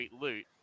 loot